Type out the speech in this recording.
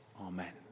amen